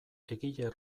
egile